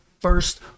first